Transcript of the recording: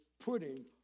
putting